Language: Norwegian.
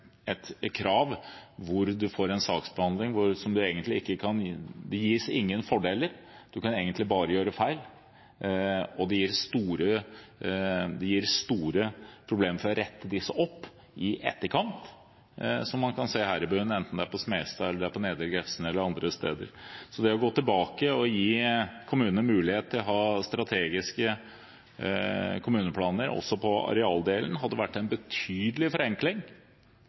et krav der man får en saksbehandling hvor det ikke gis fordeler, man kan egentlig bare gjøre feil, og det er store problemer med å rette disse opp i etterkant, som man kan se her i byen, enten det er på Smestad, på nedre Grefsen eller andre steder. Så det å gå tilbake og gi kommunene mulighet til å ha strategiske kommuneplaner også på arealdelen hadde vært en betydelig forenkling